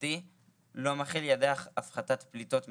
הממשלתי לא מכיל יעדי הפחתת פליטות מחייבים.